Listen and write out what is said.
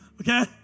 Okay